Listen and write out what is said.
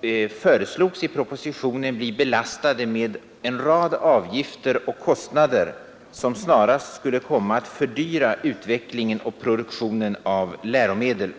i propositionen föreslogs bli belastade med en rad avgifter och kostnader, som snarast skulle komma att fördyra utvecklingen och produktionen av läromedel.